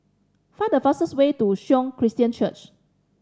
find the fastest way to Sion Christian Church